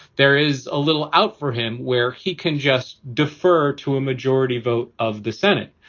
there is a little out for him where he can just defer to a majority vote of the senate.